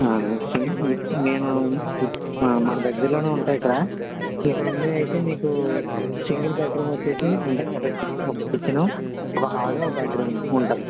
same నేను మన దగ్గరలోనే ఉంటా ఇక్కడ ఇక్కడ ఉండేవి అయితే మీకు సింగిల్ బెడ్రూమ్ వచ్చేసి అంటే ఒకటి ఒక కిచెను ఒక హాలు ఒక బెడ్రూమ్ ఉంటుంది